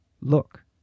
Look